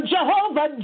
Jehovah